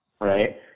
right